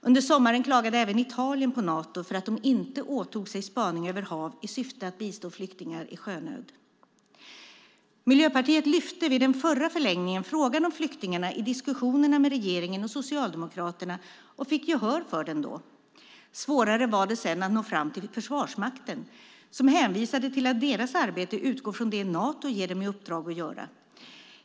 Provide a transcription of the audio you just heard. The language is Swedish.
Under sommaren klagade även Italien på Nato för att de inte åtog sig spaning över hav i syfte att bistå flyktingar i sjönöd. Miljöpartiet lyfte vid den förra förlängningen frågan om flyktingarna i diskussionerna med regeringen och Socialdemokraterna och fick gehör för den då. Svårare var det sedan att nå fram till Försvarsmakten, som hänvisade till att deras arbete utgår från det Nato ger dem i uppdrag att göra.